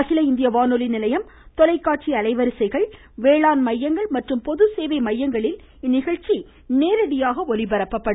அகில இந்திய வானொலி நிலையம் தொலைக்காட்சி அலைவரிசைகள் வேளாண் மையங்கள் மற்றும் பொதுசேவை மையங்களில் இந்நிகழ்ச்சி நேரடியாக ஒலிபரப்பப்படும்